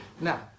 Now